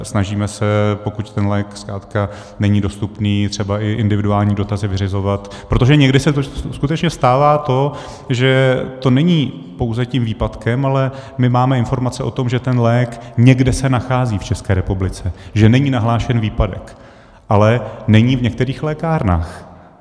Snažíme se, pokud ten lék zkrátka není dostupný, třeba i individuální dotazy vyřizovat, protože někdy se skutečně stává to, že to není pouze tím výpadkem, ale my máme informace o tom, že ten lék se někde nachází v České republice, že není nahlášen výpadek, ale není v některých lékárnách.